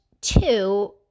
two